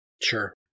Sure